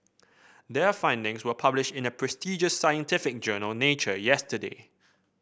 their findings were published in the prestigious scientific journal Nature yesterday